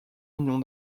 millions